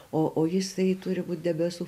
o o jisai turi būti debesų